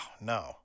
no